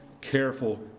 careful